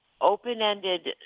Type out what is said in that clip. open-ended